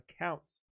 accounts